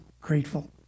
grateful